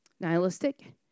nihilistic